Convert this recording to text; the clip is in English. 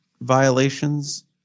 violations